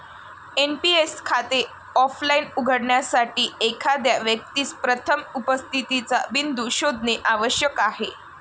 NPS खाते offline उघडण्यासाठी, एखाद्या व्यक्तीस प्रथम उपस्थितीचा बिंदू शोधणे आवश्यक आहे